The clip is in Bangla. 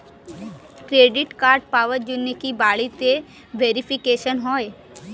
ক্রেডিট কার্ড পাওয়ার জন্য কি বাড়িতে ভেরিফিকেশন হয়?